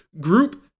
Group